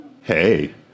Hey